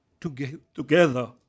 together